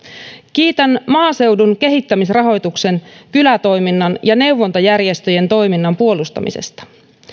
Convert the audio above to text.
kiitän maaseudun kehittämisrahoituksen kylätoiminnan ja neuvontajärjestöjen toiminnan puolustamisesta